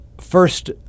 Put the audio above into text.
first